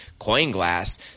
Coinglass